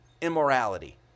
immorality